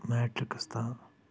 matrix تام